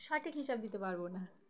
সঠিক হিসাব দিতে পারবো না